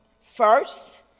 First